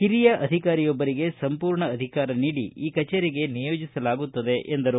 ಹಿರಿಯ ಅಧಿಕಾರಿಯೊಬ್ಬರಿಗೆ ಸಂಪೂರ್ಣ ಅಧಿಕಾರ ನೀಡಿ ಈ ಕಚೇರಿಗೆ ನಿಯೋಜಿಸಲಾಗುತ್ತದೆ ಎಂದರು